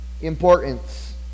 importance